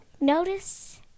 notice